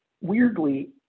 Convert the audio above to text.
weirdly